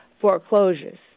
foreclosures